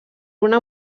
una